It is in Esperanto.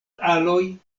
aloj